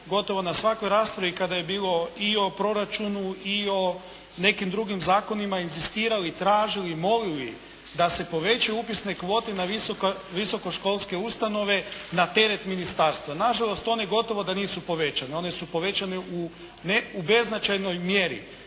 gotovo na svakoj raspravi kada je bilo i o proračunu i o nekim drugim zakonima inzistirali, tražili, molili da se povećaju upisne kvote na visoko školske ustanove na teret ministarstva. Na žalost one gotovo da nisu povećane. One su povećane ne u beznačajnoj mjeri.